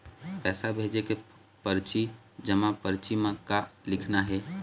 पैसा भेजे के परची जमा परची म का लिखना हे?